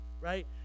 Right